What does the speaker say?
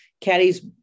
caddies